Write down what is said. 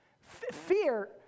Fear